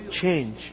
change